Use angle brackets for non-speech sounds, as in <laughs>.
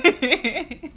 <laughs>